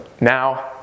Now